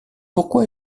pourquoi